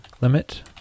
limit